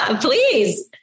please